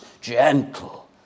gentle